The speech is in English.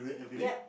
yep